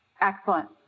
Excellent